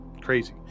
crazy